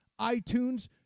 iTunes